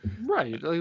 right